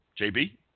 JB